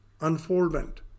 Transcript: unfoldment